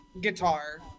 guitar